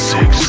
Six